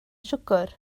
siwgr